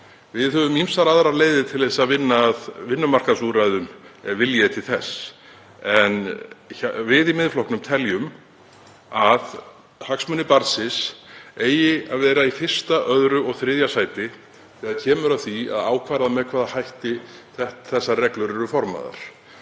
Við höfum ýmsar aðrar leiðir til að vinna að vinnumarkaðsúrræðum ef vilji er til þess en við í Miðflokknum teljum að hagsmunir barnsins eigi að vera í fyrsta, öðru og þriðja sæti þegar kemur að því að ákvarða með hvaða hætti þessar reglur eru formaðar.